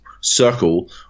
circle